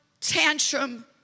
tantrum